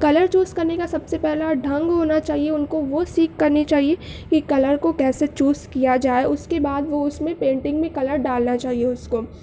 colour choose کرنے کا سب سے پہلا ڈھنگ ہونا چاہیے ان کو وہ سیکھ کرنی چاہیے کہ کلر کو کیسے چوز کیا جائے اس کے بعد وہ اس میں پینٹنگ میں کلر ڈالنا چاہیے اس کو